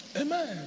Amen